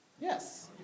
Yes